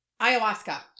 Ayahuasca